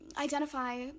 identify